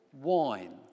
wine